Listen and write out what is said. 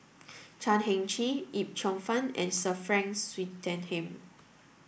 Chan Heng Chee Yip Cheong Fun and Sir Frank Swettenham